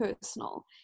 personal